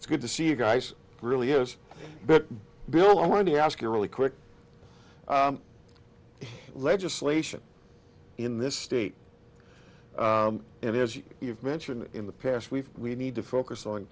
it's good to see you guys really is but bill i want to ask you really quick legislation in this state and as you've mentioned in the past we've we need to focus on